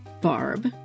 Barb